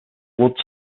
wood